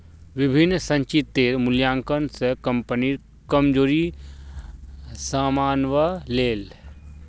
विभिन्न संचितेर मूल्यांकन स कम्पनीर कमजोरी साम न व ले